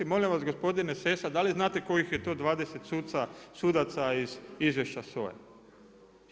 Molim vas, gospodine Sessa, da li znate kojih je to 20 sudaca iz izvješća SOA-e?